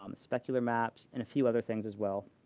um specular maps, and a few other things as well.